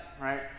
right